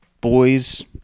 Boys